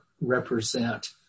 represent